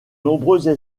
nombreuses